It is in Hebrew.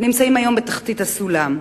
נמצאים היום בתחתית הסולם.